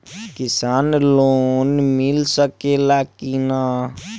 किसान लोन मिल सकेला कि न?